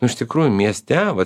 nu iš tikrųjų mieste vat